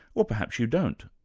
well perhaps you don't,